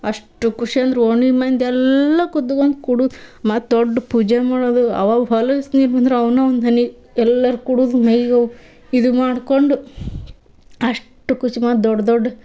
ಅಷ್ಟು ಖುಷಿ ಅಂದ್ರೆ ಓಣಿ ಮಂದಿ ಎಲ್ಲ ಕುದ್ಗೊಂದ್ ಕುಡ್ದು ಮತ್ತು ದೊಡ್ಡ ಪೂಜೆ ಮಾಡೋದು ಅವಾಗ ಹೊಲ್ಸು ನೀರು ಬಂದ್ರೆ ಅವನ್ನ ಒಂದು ಹನಿ ಎಲ್ಲರೂ ಕುಡ್ದು ಮೈಗೆ ಇದು ಮಾಡಿಕೊಂಡು ಅಷ್ಟು ಖುಷಿ ಮತ್ತು ದೊಡ್ಡ ದೊಡ್ಡ